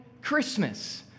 Christmas